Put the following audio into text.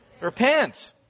repent